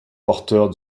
porteurs